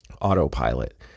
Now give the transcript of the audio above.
autopilot